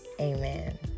Amen